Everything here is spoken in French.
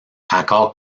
accord